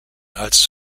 als